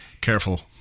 Careful